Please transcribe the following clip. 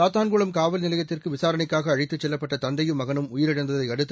சாத்தான்குளம் காவல்நிலையத்திற்கு விசாரணைக்காக அழைத்துச் செல்லப்பட்ட தந்தையும் மகனும் உயிரிழந்ததை அடுத்து